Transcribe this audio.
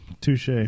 touche